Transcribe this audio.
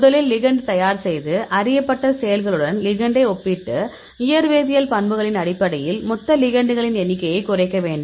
முதலில் லிகெண்ட் தயார் செய்து அறியப்பட்ட செயல்களுடன் லிகெண்டை ஒப்பிட்டு இயற்வேதியியல் பண்புகளின் அடிப்படையில் மொத்த லிகெண்டுகளின் எண்ணிக்கையை குறைக்க வேண்டும்